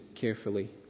carefully